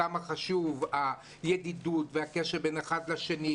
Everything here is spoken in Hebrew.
כמה חשובה הידידות והקשר בין אחד לשני,